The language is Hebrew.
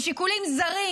משיקולים זרים.